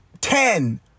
ten